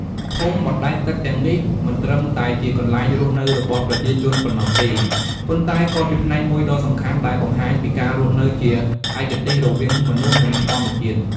ភូមិបណ្ដែតទឹកទាំងនេះមិនត្រឹមតែជាកន្លែងរស់នៅរបស់ប្រជាជនប៉ុណ្ណោះទេ ប៉ុន្តែក៏ជាផ្នែកមួយដ៏សំខាន់ ដែលបង្ហាញពីការរស់នៅជាឯកទេសរវាងមនុស្ស និងធម្មជាតិ។ ។